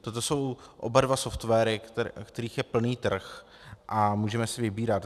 Toto jsou oba dva softwary, kterých je plný trh, a můžeme si vybírat.